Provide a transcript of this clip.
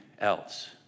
else